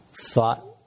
thought